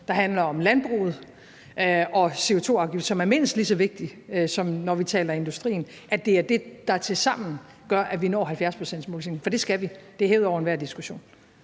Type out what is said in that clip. der handler om landbruget og CO2-afgift, som er mindst lige så vigtig, når vi taler om industrien – er det, der tilsammen gør, at vi når 70-procentsmålsætningen, for det skal vi, det er hævet over enhver diskussion.